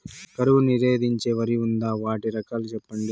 కరువు నిరోధించే వరి ఉందా? వాటి రకాలు చెప్పండి?